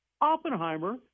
oppenheimer